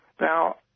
now